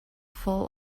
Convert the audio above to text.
fall